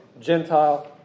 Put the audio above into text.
Gentile